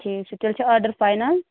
ٹھیٖک چھُ تیٚلہِ چھا آرڈَر فاینَل